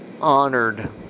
honored